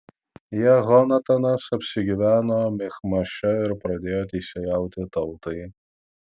jehonatanas apsigyveno michmaše ir pradėjo teisėjauti tautai